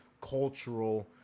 cultural